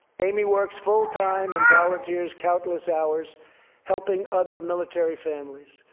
amy works full time and volunteers countless hours helping other military families.